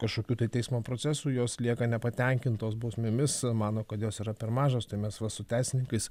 kažkokių tai teismo procesų jos lieka nepatenkintos bausmėmis mano kad jos yra per mažos tai mes va su teisininkais